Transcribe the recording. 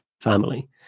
family